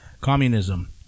communism